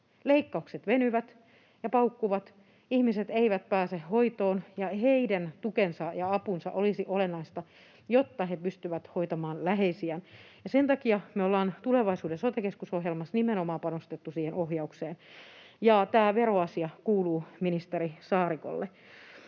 Leikkaukset venyvät ja paukkuvat, ihmiset eivät pääse hoitoon, ja heidän tukensa ja apunsa olisi olennaista, jotta he pystyvät hoitamaan läheisiään. Sen takia me ollaan tulevaisuuden sote-keskus ‑ohjelmassa nimenomaan panostettu siihen ohjaukseen. Tämä veroasia kuuluu ministeri Saarikolle.